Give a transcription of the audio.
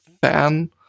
fan